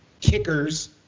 kickers